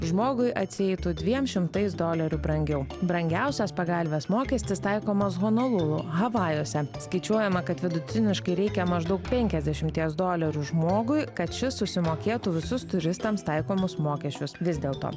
žmogui atsieitų dviem šimtais dolerių brangiau brangiausias pagalvės mokestis taikomas honolulu havajuose skaičiuojama kad vidutiniškai reikia maždaug penkiasdešimties dolerių žmogui kad šis susimokėtų visus turistams taikomus mokesčius vis dėlto